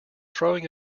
throwing